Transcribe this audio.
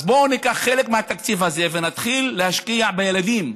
אז בואו ניקח חלק מהתקציב הזה ונתחיל להשקיע בילדים,